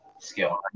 Skill